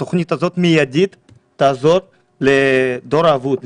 התוכנית הזו תעזור מיידית לדור האבוד,